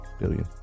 billion